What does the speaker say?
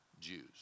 Jews